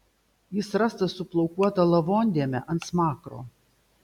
jis rastas su plaukuota lavondėme ant smakro